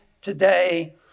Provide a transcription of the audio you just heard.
today